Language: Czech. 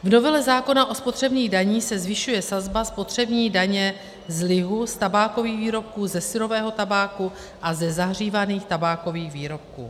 V novele zákona o spotřebních daních se zvyšuje sazba spotřební daně z lihu, tabákových výrobků, syrového tabáku a zahřívaných tabákových výrobků.